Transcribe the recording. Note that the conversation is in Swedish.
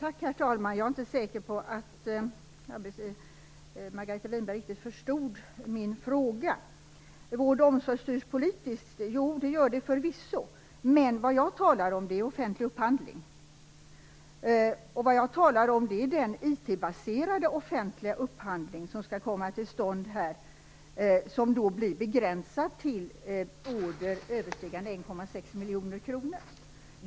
Herr talman! Jag är inte säker på att Margareta Winberg riktigt förstod min fråga. Vård och omsorg styrs politiskt, sade hon, och det gör de förvisso. Men jag talar om offentlig upphandling, om den IT baserade upphandling som skall komma till stånd och som blir begränsad till order överstigande 1,6 miljoner kronor.